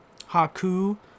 haku